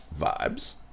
vibes